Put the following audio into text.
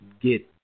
get